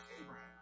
Abraham